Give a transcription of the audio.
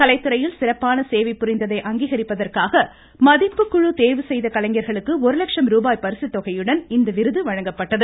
கலைத்துறையில் சிறப்பான சேவை புரிந்தததை அங்கீகரிப்பதற்காக மதிப்புக்குழு தோ்வு செய்த கலைஞர்களுக்கு ஒரு லட்சம் ரூபாய் பரிசுத்தொகையுடன் இந்த விருது வழங்கப்பட்டது